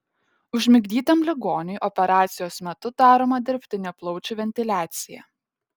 užmigdytam ligoniui operacijos metu daroma dirbtinė plaučių ventiliacija